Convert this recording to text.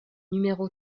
numéro